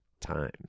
time